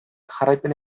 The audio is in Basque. jarraipena